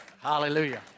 Hallelujah